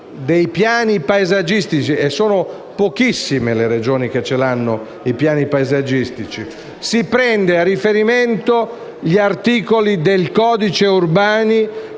dei piani paesaggistici (e sono pochissime le Regioni che li hanno), si prendono a riferimento gli articoli del codice Urbani,